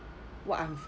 what I'm